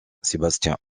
sébastien